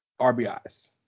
RBIs